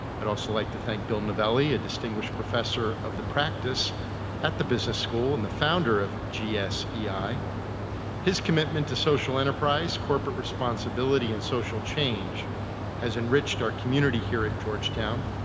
i'd also like to thank bill novelli, a distinguished professor of the practice at the business school and the founder of gsei. yeah his commitment to social enterprise, corporate responsibility and social change has enriched our community here at georgetown,